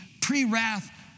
pre-wrath